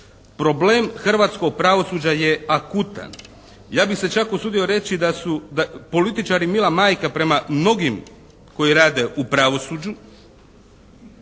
Problem hrvatskog pravosuđa je akutan. Ja bih se čak usudio reći da su političari “mila majka“ prema mnogim koji rade u pravosuđu,